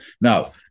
Now